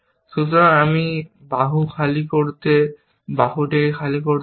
সুতরাং আমি বাহু খালি করতে বাহু খালি করতে হবে